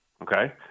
Okay